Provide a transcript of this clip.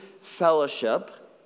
fellowship